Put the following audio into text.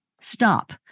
stop